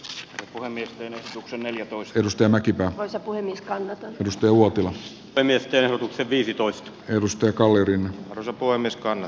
is poimi rinnastuksen eli luistelustemme kipeä asia kuin niskaan edusti uotila päämiesten viisitoista edustaja kalli riman alta poimiskan